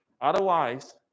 Otherwise